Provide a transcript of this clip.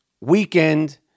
weekend